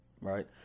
Right